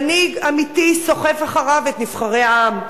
מנהיג אמיתי סוחף אחריו את נבחרי העם,